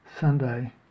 Sunday